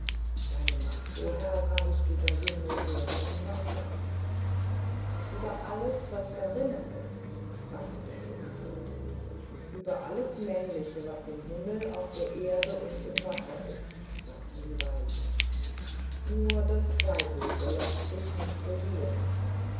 deine macht o herr reicht über himmel erde und wasser über alles was darinnen ist fragte der könig über alles männliche was im himmel auf der erde und im wasser ist sagten die weisen nur das weibliche läßt sich nicht regieren